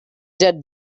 that